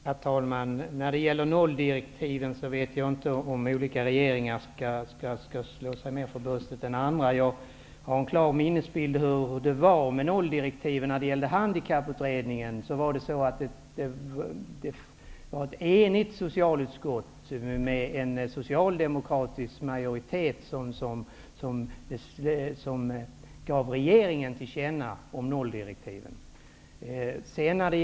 Herr talman! När det gäller nolldirektiven har man nog inte någon regering större anledning än andra att slå sig för bröstet. Jag har en klar minnesbild av hur det var med nolldirektiven och Handikapputredningen. Ett enigt socialutskott med socialdemokratisk majoritet gjorde nämligen ett tillkännagivande till regeringen.